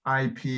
IP